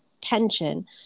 tension